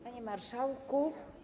Panie Marszałku!